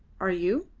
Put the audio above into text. are you?